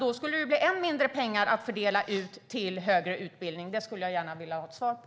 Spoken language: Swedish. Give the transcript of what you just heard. Då skulle det bli än mindre pengar att fördela till högre utbildning. Detta skulle jag gärna vilja ha ett svar på.